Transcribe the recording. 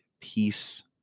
Peace